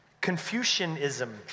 Confucianism